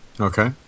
okay